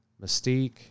Mystique